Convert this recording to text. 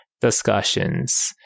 discussions